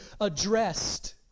addressed